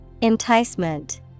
Enticement